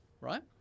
right